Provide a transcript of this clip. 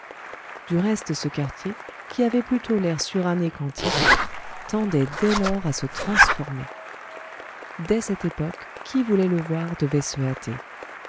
du reste ce quartier qui avait plutôt l'air suranné qu'antique tendait dès lors à se transformer dès cette époque qui voulait le voir devait se hâter